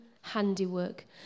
handiwork